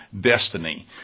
destiny